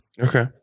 Okay